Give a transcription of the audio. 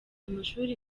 amashuri